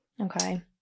Okay